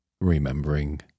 remembering